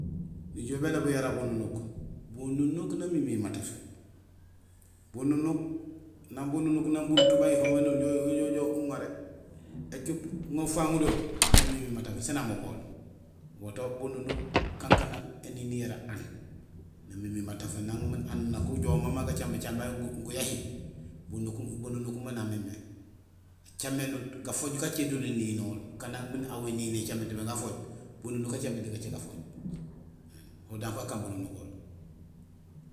Nijool bélobul yara bununk, bununuk namimi matafé. Bununuk, nang bununuk, nang buruto bayuho mémé, nujoow uŋaar écup uŋa ufaaŋ do; namimi matafé; siin namugool. Woto bununuk kankanang éniin yara aan, namimi matafé nang min aan nak ujoow may ma gacimba cimba guyahi, bununuk may mé nan mémé. Acaménut gafooj gacé do néninol, kanang min aw énini écaménut mé gafooj, bununuk acaménut gacé gafooj, ho danko akaan bununukool.